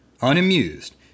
unamused